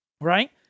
right